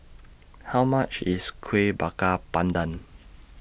How much IS Kuih Bakar Pandan